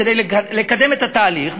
כדי לקדם את התהליך,